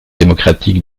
démocratique